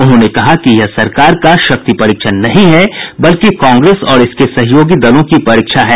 उन्होंने कहा कि यह सरकार का शक्ति परीक्षण नहीं है बल्कि कांग्रेस और इसके सहयोगी दलों की परीक्षा है